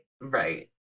Right